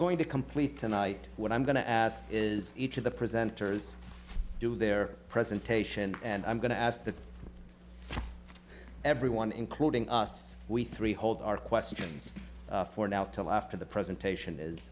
going to complete tonight what i'm going to ask is each of the presenters do their presentation and i'm going to ask the everyone including us we three hold our questions for now till after the presentation is